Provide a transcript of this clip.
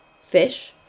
fish